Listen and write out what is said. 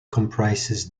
comprises